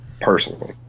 personally